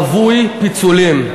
רווי פיצולים: